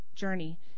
journey